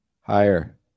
Higher